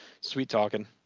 sweet-talking